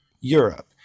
Europe